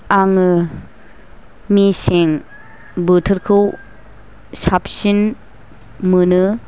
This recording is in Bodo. आङो मेसें बोथोरखौ साबसिन मोनो